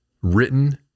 Written